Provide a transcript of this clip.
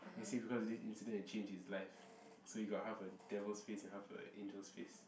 then say because of this incident it changed his life so he got half a devil's face and half a angel's face